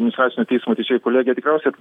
administracinio teismo teisėjų kolegija tikriausiai